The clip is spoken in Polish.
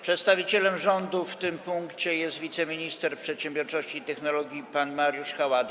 Przedstawicielem rządu w tym punkcie jest wiceminister przedsiębiorczości i technologii pan Mariusz Haładyj.